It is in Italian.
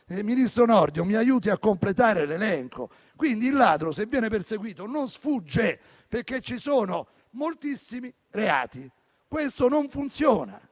Ministro Nordio, mi aiuti a completare l'elenco. Il ladro, quindi, se viene perseguito, non sfugge perché ci sono moltissimi reati. Questo non funziona.